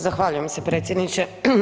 Zahvaljujem se predsjedniče.